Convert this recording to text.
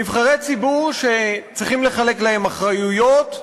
נבחרי ציבור שצריכים לחלק להם אחריויות,